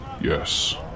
Yes